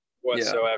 whatsoever